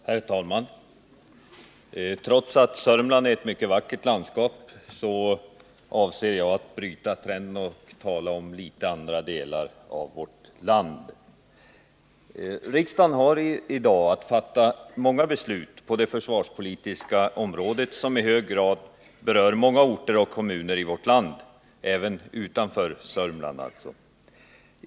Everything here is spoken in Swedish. Herr talman! Trots att Sörmland är ett mycket vackert landskap avser jag att bryta trenden och tala om andra delar av vårt land. Riksdagen har i dag att fatta många beslut på det försvarspolitiska området, som i hög grad berör en mängd orter och kommuner i vårt land, även utanför Sörmland.